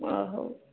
ହ ହଉ